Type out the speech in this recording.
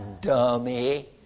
dummy